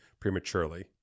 prematurely